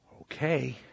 Okay